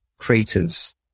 creatives